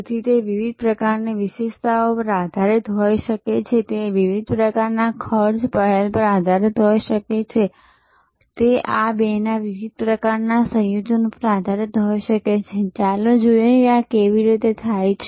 તેથી તે વિવિધ પ્રકારની વિશેષતાઓ પર આધારિત હોઈ શકે છે તે વિવિધ પ્રકારના ખર્ચ પહેલ પર આધારિત હોઈ શકે છે તે આ બેના વિવિધ પ્રકારના સંયોજનો પર આધારિત હોઈ શકે છે ચાલો જોઈએ કે આ કેવી રીતે થાય છે